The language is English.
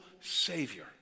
Savior